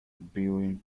brewing